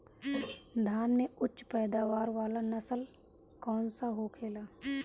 धान में उच्च पैदावार वाला नस्ल कौन सा होखेला?